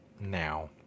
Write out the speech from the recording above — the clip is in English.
now